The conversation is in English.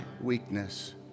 weakness